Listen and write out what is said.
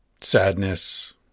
sadness